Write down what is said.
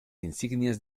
insignias